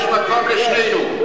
יש מקום לשנינו.